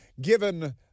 given